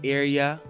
area